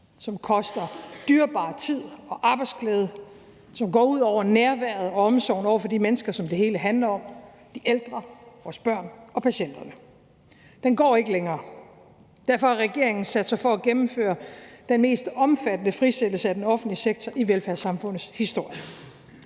som koster dyrebar tid og arbejdsglæde, og som går ud over nærværet og omsorgen for de mennesker, som det hele handler om, nemlig de ældre, vores børn og patienterne. Den går ikke længere. Derfor har regeringen sat sig for at gennemføre den mest omfattende frisættelse af den offentlige sektor i velfærdssamfundets historie.